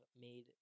made